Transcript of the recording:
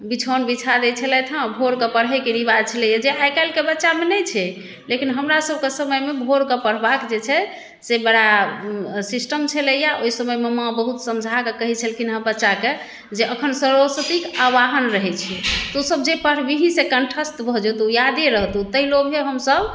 बिछौन बिछा दै छलथि हैं भोरके पढ़ैके रिवाज छलै हैं जे आइ काल्हिके बच्चामे नहि छै लेकिन हमरा सभके समयमे भोरके पढ़बाक जे छै से बड़ा सिस्टम छलैए ओहि समयमे माँ बहुत समझाके कहै छलखिन हेँ बच्चाके जे अखन सरस्वतीके आवाहन रहै छै तों सभ जे पढ़बिहि से कण्ठस्थ भऽ जेतौ यादे रहतौ तहि लोभे हम सभ